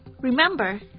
Remember